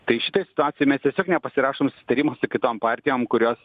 tai šitoj situacijoj mes tiesiog nepasirašom susitarimo su kitom partijom kurios